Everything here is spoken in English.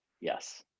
Yes